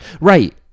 Right